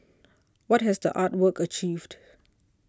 what has the art work achieved